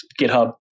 GitHub